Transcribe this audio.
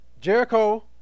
Jericho